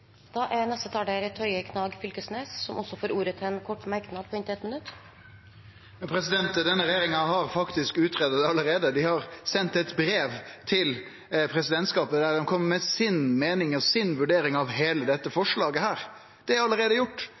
får ordet til en kort merknad, begrenset til 1 minutt. Denne regjeringa har faktisk greidd ut det allereie, dei har sendt eit brev til presidentskapet der dei kjem med si meinig og si vurdering av heile dette forslaget. Det er alt gjort.